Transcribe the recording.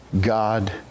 God